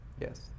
Yes